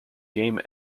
game